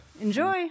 Enjoy